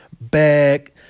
back